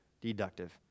Deductive